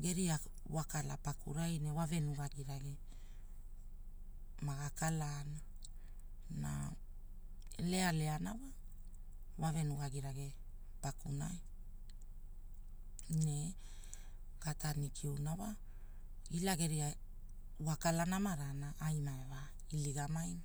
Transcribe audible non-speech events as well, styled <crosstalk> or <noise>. geria, wakala pakurai ne wave nugagi rage. Maga kala ana, na, lealeana wa, wave nugagi rage, pakunai. Ne, <hesitation> gataniliuna wa, ila geria, wakala namarana ai mae vaa iligamaina.